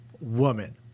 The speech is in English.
woman